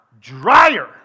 dryer